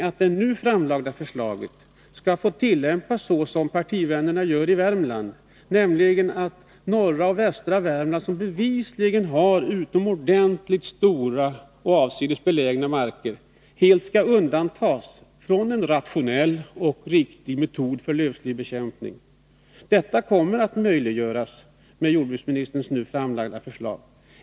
att det nu framlagda förslaget skall få tillämpas så som det tillämpas av partivännerna i Värmland? Är det meningen att norra och västra Värmland, som bevisligen har utomordentligt stora och avsides belägna skogsmarker, helt skall undantas från en rationell och riktig metod för lövslybekämpning? Det kommer att vara möjligt med jordbruksministerns nu framlagda förslag.